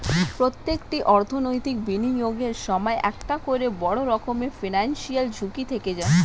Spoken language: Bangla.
প্রত্যেকটি অর্থনৈতিক বিনিয়োগের সময়ই একটা করে বড় রকমের ফিনান্সিয়াল ঝুঁকি থেকে যায়